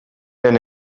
den